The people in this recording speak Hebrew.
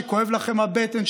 שכואבת לכם הבטן,